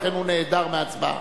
לכן הוא נעדר מההצבעה.